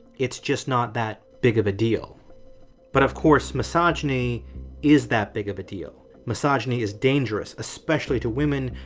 it's just not that big of a deal but, of course, misogyny is that big of a deal. misogyny is dangerous, especially to women,